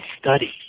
study